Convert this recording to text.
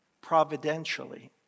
providentially